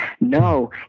No